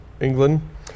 England